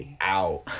out